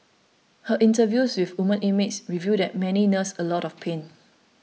her interviews with women inmates reveal that many nurse a lot of pain